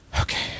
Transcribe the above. Okay